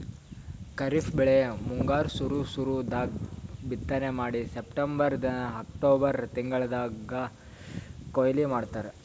ಖರೀಫ್ ಬೆಳಿ ಮುಂಗಾರ್ ಸುರು ಸುರು ದಾಗ್ ಬಿತ್ತನೆ ಮಾಡಿ ಸೆಪ್ಟೆಂಬರಿಂದ್ ಅಕ್ಟೋಬರ್ ತಿಂಗಳ್ದಾಗ್ ಕೊಯ್ಲಿ ಮಾಡ್ತಾರ್